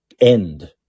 end